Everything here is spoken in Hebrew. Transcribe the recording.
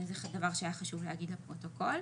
זה דבר שהיה חשוב להגיד לפרוטוקול.